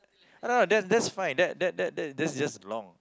I don't know that's that's fine that that that that that's just long